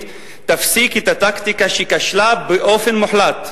תפסיק את הטקטיקה שכשלה באופן מוחלט,